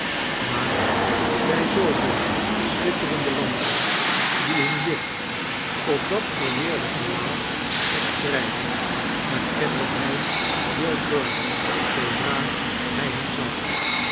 maar bij zooveel schitterende lampen die hun licht op dat verweerde gelaat verspreidden herkende hij will fern zoodra hij hem zag